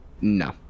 No